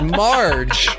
marge